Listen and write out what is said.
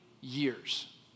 years